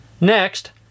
Next